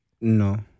No